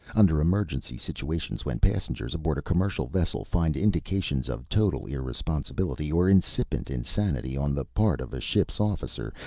under emergency situations, when passengers aboard a commercial vessel find indications of total irresponsibility or incipient insanity on the part of a ship's officer,